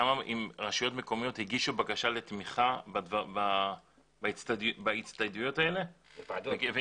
כמה רשויות מקומיות הגישו בקשה לתמיכה להצטיידות הזאת והאם